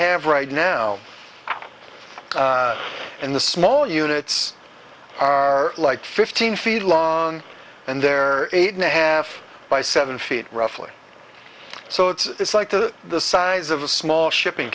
have right now in the small units are like fifteen feet long and they're eight and a half by seven feet roughly so it's like to the size of a small shipping